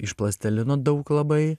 iš plastelino daug labai